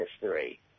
history